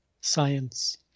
science